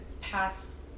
pass